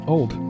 Old